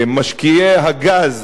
משקיעי הגז,